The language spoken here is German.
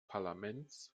parlaments